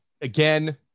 Again